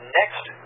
next